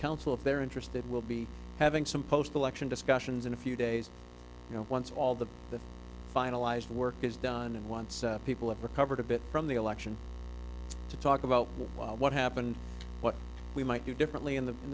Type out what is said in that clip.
council if they're interested we'll be having some post election discussions in a few days you know once all the finalized work is done and once people have recovered a bit from the election to talk about what happened what we might do differently in the in